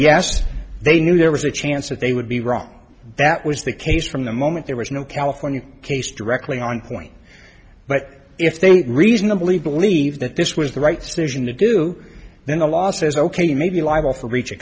yes they knew there was a chance that they would be wrong that was the case from the moment there was no california case directly on point but if they reasonably believe that this was the right solution to do then the law says ok maybe liable for breach